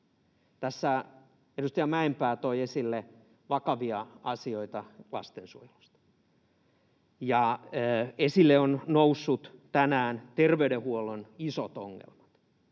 Tässä edustaja Mäenpää toi esille vakavia asioita lastensuojelusta. Esille on noussut tänään terveydenhuollon isot ongelmat,